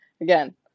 Again